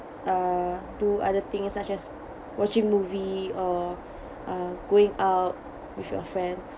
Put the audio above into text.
uh do other things such as watching movie or uh going out with your friends